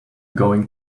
going